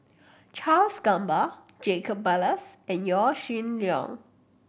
Charles Gamba Jacob Ballas and Yaw Shin Leong